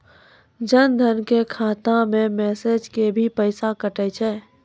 जन धन के खाता मैं मैसेज के भी पैसा कतो छ?